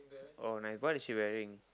oh nice what is she wearing